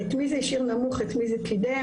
את מי זה השאיר נמוך ואת מי זה קידם.